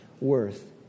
worth